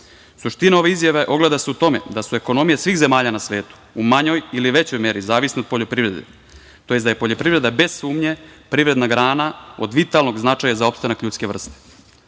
ove izjave ogleda se u tome da su ekonomije svih zemalja na svetu u manjoj ili većoj meri, zavisne od poljoprivrede, tj. da je poljoprivreda bez sumnje privredna grana od vitalnog značaja za opstanak ljudske vrste. Kada